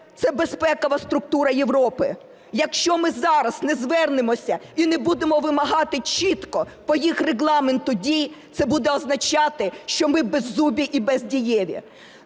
це безпекова структура Європи. Якщо ми зараз не звернемося і не будемо вимагати чітко по їх регламенту дій, це буде означати, що ми беззубі і бездієві.